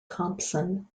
thompson